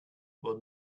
will